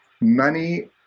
money